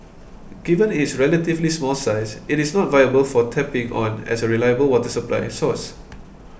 given its relatively small size it is not viable for tapping on as a reliable water supply source